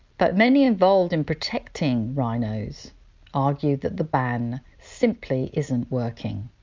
but many involved in protecting rhinos argue that the ban simply isn't working.